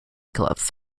cliffs